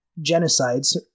genocides